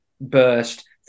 burst